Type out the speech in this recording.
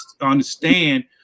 understand